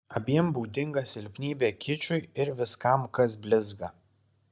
abiem būdinga silpnybė kičui ir viskam kas blizga